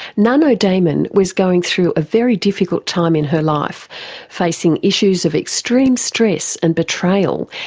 nano daemon was going through a very difficult time in her life facing issues of extreme stress and betrayal,